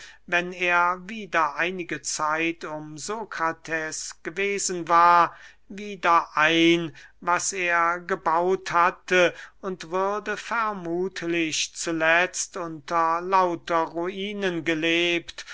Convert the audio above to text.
wenn er wieder einige zeit um sokrates gewesen war wieder ein was er gebauet hatte und würde vermuthlich zuletzt unter lauter ruinen gelebt